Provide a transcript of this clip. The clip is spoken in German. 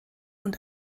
und